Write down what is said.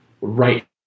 right